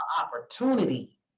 opportunity